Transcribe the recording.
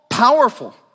Powerful